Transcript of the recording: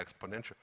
exponential